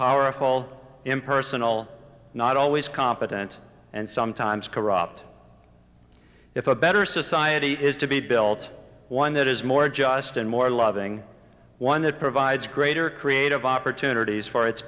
powerful impersonal not always competent and sometimes corrupt if a better society is to be built one that is more just and more loving one that provides greater creative opportunities for its